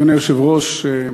אדוני היושב-ראש,